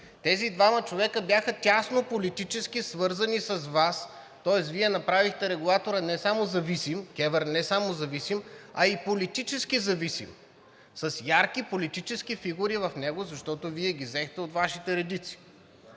Тези двама човека бяха тясно политически свързани с Вас. Тоест Вие направихте регулатора не само зависим – КЕВР, а и политически зависим, с ярки политически фигури в него, защото Вие ги взехте от Вашите редици.